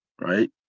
right